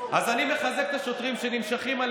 אז אני מחזק את השוטרים שננשכים על